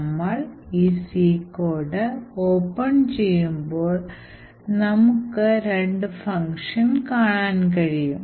നമ്മൾ ഈ C code open ചെയ്യുമ്പോൾ നമുക്ക് രണ്ട് ഫംഗ്ഷൻ കാണാൻ കഴിയും